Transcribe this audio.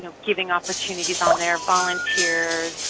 you know giving opportunities on there volunteers,